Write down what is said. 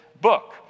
book